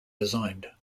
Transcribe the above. designed